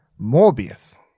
Morbius